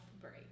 break